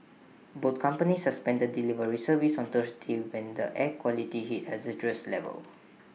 both companies suspended delivery service on Thursday when the air quality hit hazardous levels